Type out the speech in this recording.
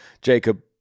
Jacob